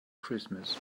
christmas